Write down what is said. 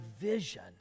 vision